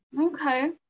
okay